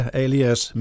alias